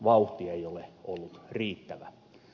vauhti ei ole ollut riittävä